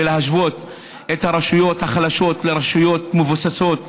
ולהשוות את הרשויות החלשות לרשויות מבוססות